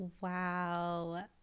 wow